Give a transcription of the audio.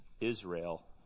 Israel